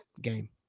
game